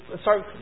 start